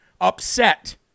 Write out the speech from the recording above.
upset